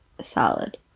salad